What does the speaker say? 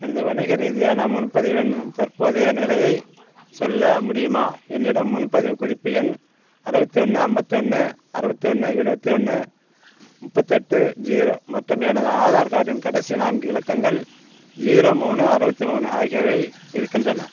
எனது வணிக ரீதியான முன்பதிவின் தற்போதைய நிலையைச் சொல்ல முடியுமா என்னிடம் முன்பதிவு குறிப்பு எண் அறுபத்தி ஒன்று ஐம்பத்தொன்னு அறுபத்தொன்னு எழுபத்தி ஒன்று முப்பத்தெட்டு ஜீரோ மற்றும் எனது ஆதார் கார்டின் கடைசி நான்கு இலக்கங்கள் ஜீரோ மூணு அறுபத்தி மூணு ஆகியவை இருக்கின்றன